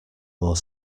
more